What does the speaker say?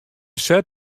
set